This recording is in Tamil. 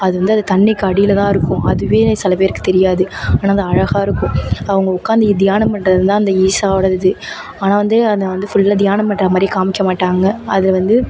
அது வந்து தண்ணிக்கு அடியில் தான் இருக்கும் அதுவே சில பேருக்கு தெரியாது ஆனால் அது அழகாக இருக்கும் அவங்க உட்காந்து தியானம் பண்ணுறதுதான் அந்த ஈஷாவோட இது ஆனால் வந்து அதை வந்து ஃபுல்லாக தியானம் பண்ணுற மாதிரி காமிக்க மாட்டாங்க அதை வந்து